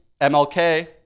MLK